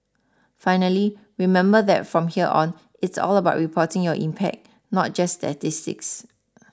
finally remember that from here on it's all about reporting your impact not just statistics